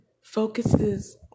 focuses